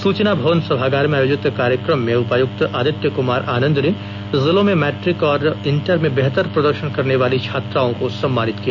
सूचना भवन सभागार में आयोजित कार्यक्रम में उपायुक्त आदित्य क्मार आनंद ने जिलों में मैट्रिक और इंटर में बेहतर प्रदर्शन करने वाली छात्राओं को सम्मानित किया